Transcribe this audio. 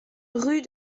rue